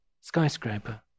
skyscraper